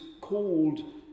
called